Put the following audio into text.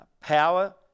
power